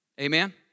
Amen